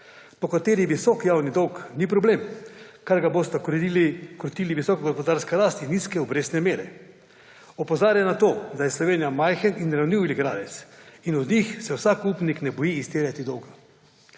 po kateri visok javni dol ni problem, ker ga bosta krotili visoka gospodarska rast in nizke obrestne mere. Opozarja na to, da je Slovenija majhen in ranljiv igralec, in od njih se vsak upnik ne boji izterjati dolga.